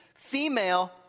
Female